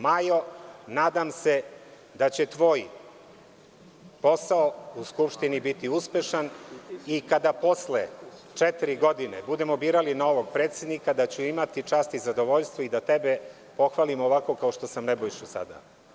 Majo, nadam se da će tvoj posao u Skupštini biti uspešan i kada posle četiri godine budemo birali novog predsednika, da ću imati čast i zadovoljstvo da i tebe pohvalim kao što sam Nebojšu sada.